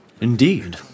Indeed